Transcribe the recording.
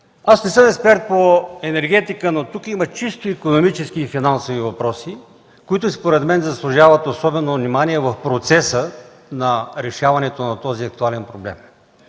Не съм експерт по енергетика, но тук има чисто икономически и финансови въпроси, които според мен заслужават особено внимание в процеса на решаването на този актуален проблем.